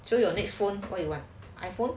so your next phone what you want iphone